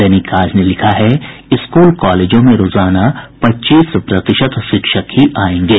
दैनिक आज ने लिखा है स्कूल कॉलेजों में रोजाना पच्चीस प्रतिशत शिक्षक ही आयेंगे